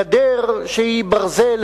גדר שהיא ברזל,